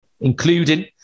including